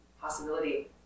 possibility